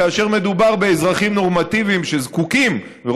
כאשר מדובר באזרחים נורמטיביים שזקוקים לעזרת המשטרה,